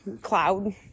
cloud